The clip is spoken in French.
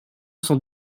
sans